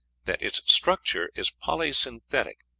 that its structure is polysynthetic,